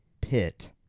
pit